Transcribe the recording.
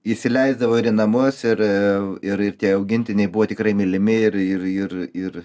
įsileisdavo ir į namus ir ir ir tie augintiniai buvo tikrai mylimi ir ir ir ir